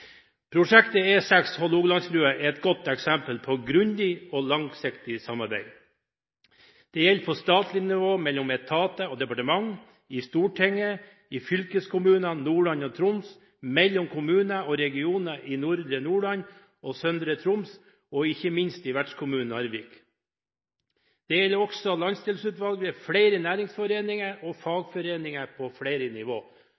Prosjektet E6 Hålogalandsbrua er et godt eksempel på grundig og langsiktig samarbeid. Det gjelder på statlig nivå mellom etater og departement, i Stortinget, i fylkeskommunene Nordland og Troms, mellom kommuner og regioner i nordre Nordland og søndre Troms og ikke minst i vertskommunen Narvik. Det gjelder også Landsdelsutvalget, flere næringsforeninger og fagforeninger på flere nivå.